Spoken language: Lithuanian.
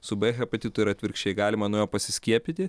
su b hepatitu yra atvirkščiai galima nuo jo pasiskiepyti